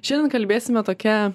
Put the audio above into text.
šiandien kalbėsime tokia